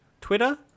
Twitter